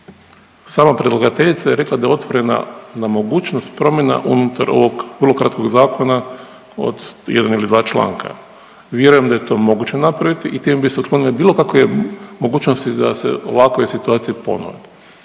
Sama predlagateljica je rekla da je otvorena na mogućnost promjena unutar ovog vrlo kratkog zakona od jedan ili dva članka. Vjerujem da je to moguće napraviti i time bi se otklonile bilo kakve mogućnosti da se ovakve situacije ponove.